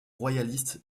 royaliste